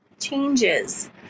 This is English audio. changes